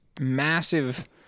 massive